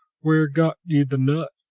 where got ye the nuts?